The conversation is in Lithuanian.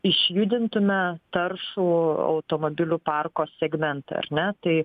išjudintume taršų automobilių parko segmentą ar ne tai